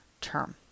term